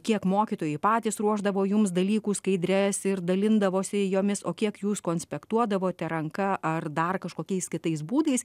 kiek mokytojai patys ruošdavo jums dalykų skaidres ir dalindavosi jomis o kiek jūs konspektuodavote ranka ar dar kažkokiais kitais būdais